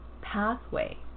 pathway